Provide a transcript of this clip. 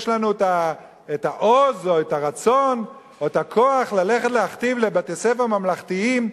יש לנו העוז או הרצון או הכוח ללכת להכתיב לבתי-ספר ממלכתיים,